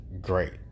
great